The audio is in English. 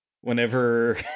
whenever